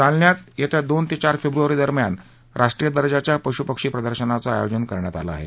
जालन्यात येत्या दोन ते चार फेब्रवारीदरम्यान राष्ट्रीय दर्जाच्या पश् पक्षी प्रदर्शनाचं आयोजन करण्यात आलं आहे